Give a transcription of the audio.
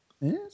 Yes